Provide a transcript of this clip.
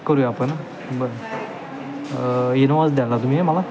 करूया आपण बरं इनोवाच द्याला तुम्ही मला